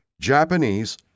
Japanese